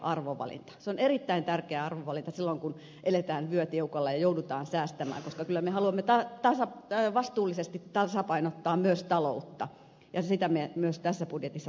se on erittäin tärkeä arvovalinta silloin kun eletään vyö tiukalla ja joudutaan säästämään koska kyllä me haluamme vastuullisesti tasapainottaa myös taloutta ja sitä me myös tässä budjetissa teemme